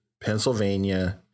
Pennsylvania